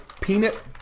peanut